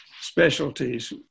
Specialties